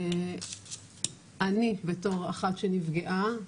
אני בתור אחת שנפגעה,